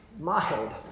mild